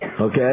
Okay